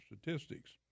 Statistics